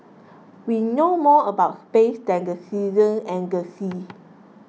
we know more about space than the season and the sea